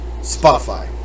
Spotify